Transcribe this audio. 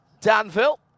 Danville